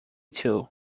two